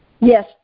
Yes